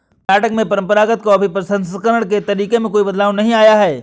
कर्नाटक में परंपरागत कॉफी प्रसंस्करण के तरीके में कोई बदलाव नहीं आया है